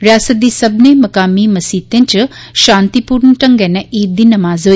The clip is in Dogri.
रिआसता दी सब्बनें मकामी मस्जिदें च शांतिपूर्ण ढंगा कन्नै ईद दी नमाज होई